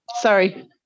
Sorry